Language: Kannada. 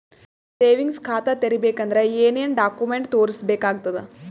ಸೇವಿಂಗ್ಸ್ ಖಾತಾ ತೇರಿಬೇಕಂದರ ಏನ್ ಏನ್ಡಾ ಕೊಮೆಂಟ ತೋರಿಸ ಬೇಕಾತದ?